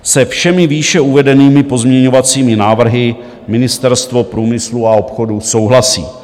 Se všemi výše uvedenými pozměňovacími návrhy Ministerstvo průmyslu a obchodu souhlasí.